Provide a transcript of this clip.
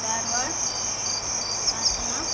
Dharwad Hassan